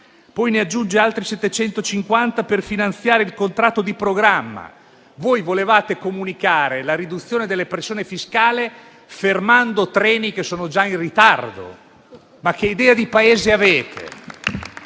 RFI e aggiunge altri 750 milioni per finanziare il contratto di programma. Voi volevate comunicare la riduzione della pressione fiscale fermando treni che sono già in ritardo. Ma che idea di Paese avete?